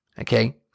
Okay